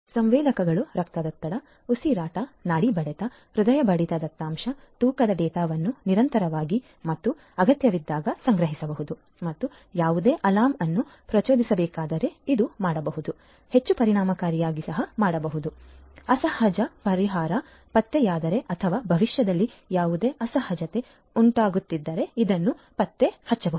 ಸಂವೇದಕಗಳು ರಕ್ತದೊತ್ತಡ ಉಸಿರಾಟ ನಾಡಿ ಬಡಿತ ಹೃದಯ ಬಡಿತದ ದತ್ತಾಂಶ ತೂಕದ ಡೇಟಾವನ್ನು ನಿರಂತರವಾಗಿ ಮತ್ತು ಅಗತ್ಯವಿದ್ದಾಗ ಸಂಗ್ರಹಿಸಬಹುದು ಮತ್ತು ಯಾವುದೇ ಅಲಾರಂ ಅನ್ನು ಪ್ರಚೋದಿಸಬೇಕಾದರೆ ಇದನ್ನು ಮಾಡಬಹುದು ಇದನ್ನು ಹೆಚ್ಚು ಪರಿಣಾಮಕಾರಿಯಾಗಿ ಮಾಡಬಹುದು ಮತ್ತು ಇದನ್ನು ಮಾಡಬಹುದು ಯಾವುದೇ ಅಸಹಜ ಪರಿಹಾರ ಪತ್ತೆಯಾದರೆ ಅಥವಾ ಭವಿಷ್ಯದಲ್ಲಿ ಯಾವುದೇ ಅಸಹಜತೆ ಉಂಟಾಗುತ್ತಿದ್ದರೆ ict ಹೆಯಂತೆ ಇದನ್ನು ಸಹ ಮಾಡಬಹುದು